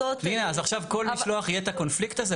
פנינה, אז עכשיו כל משלוח יהיה את הקונפליקט הזה?